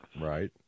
Right